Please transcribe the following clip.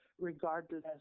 regardless